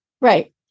right